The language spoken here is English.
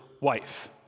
wife